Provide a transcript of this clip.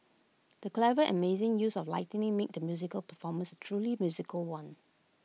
the clever and amazing use of lighting made the musical performance truly musical one